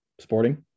Sporting